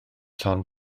llond